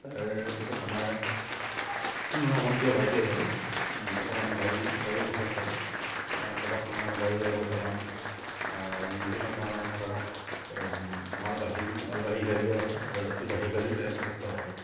তাৰপিছত আমাৰ মোৰ সম্বন্ধীয় ভাইটি এজনে বৰ্তমান গাড়ী গাড়ী ব্যৱসায় কৰে কেইবাখনো গাড়ী লৈ বৰ্তমান বিভিন্ন ধৰণৰ ধৰক মাল বাহিৰ মালবাহী গাড়ীও আছে আৰু যাত্ৰীবাহী গাড়ীও তেনেকৈ যথেষ্ট আছে